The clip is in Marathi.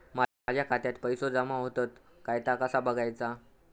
माझ्या खात्यात पैसो जमा होतत काय ता कसा बगायचा?